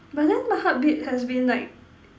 but then my heartbeat has been like